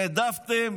העדפתם